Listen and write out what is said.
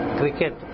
cricket